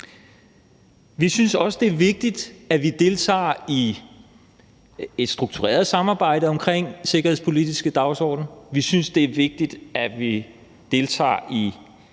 Vi synes også, det er vigtigt, at vi deltager i et struktureret samarbejde omkring den sikkerhedspolitiske dagsorden, og vi synes, det er vigtigt, at vi deltager i